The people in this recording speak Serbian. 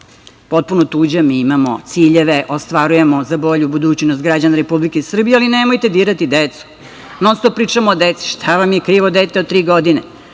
potpuno tuđa, mi imamo ciljeve, ostvaruje za bolju budućnost građana Republike Srbije, ali nemojte dirati decu. Non-stop pričamo o deci. Šta vam je krivo dete od tri godine?